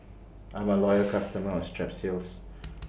I'm A Loyal customer of Strepsils